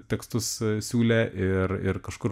tekstus siūlė ir ir kažkur